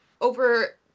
over